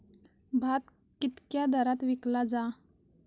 भात कित्क्या दरात विकला जा?